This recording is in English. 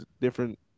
different